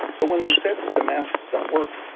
but when they said that the masks don't work,